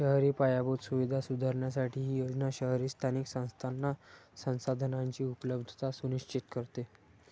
शहरी पायाभूत सुविधा सुधारण्यासाठी ही योजना शहरी स्थानिक संस्थांना संसाधनांची उपलब्धता सुनिश्चित करते